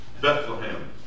Bethlehem